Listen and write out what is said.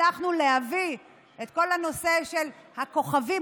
הצלחנו להביא את כל הנושא של הכוכבים,